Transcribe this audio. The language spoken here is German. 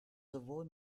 sowohl